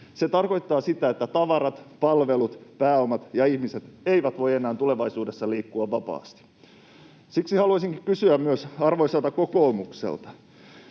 Se tarkoittaa sitä, että tavarat, palvelut, pääomat ja ihmiset eivät voi enää tulevaisuudessa liikkua vapaasti. Siksi haluaisinkin kysyä myös arvoisalta kokoomukselta: